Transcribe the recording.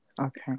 Okay